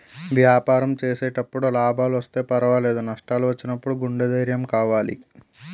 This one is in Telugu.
వ్యాపారం చేసేటప్పుడు లాభాలొస్తే పర్వాలేదు, నష్టాలు వచ్చినప్పుడు గుండె ధైర్యం కావాలి